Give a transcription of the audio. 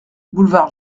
boulevard